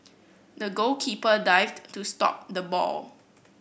the goalkeeper dived to stop the ball